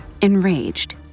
Enraged